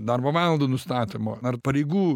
darbo valandų nustatymo ar pareigų